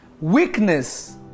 Weakness